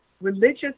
religious